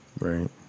Right